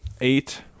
eight